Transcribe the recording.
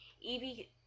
Evie